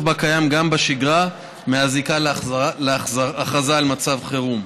בה קיים גם בשגרה מהזיקה להכרזה על מצב חירום.